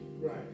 Right